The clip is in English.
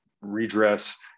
redress